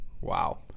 Wow